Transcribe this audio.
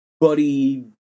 buddy